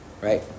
right